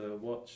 watch